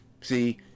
See